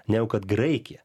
negu kad graikija